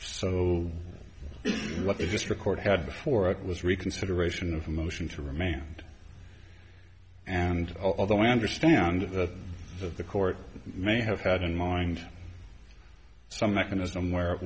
so let me just record had before it was reconsideration of a motion to remand and although i understand that the court may have had in mind some mechanism where